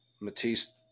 Matisse